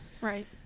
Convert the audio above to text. right